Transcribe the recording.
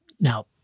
Now